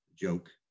Joke